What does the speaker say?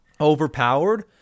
overpowered